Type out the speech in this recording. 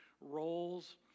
roles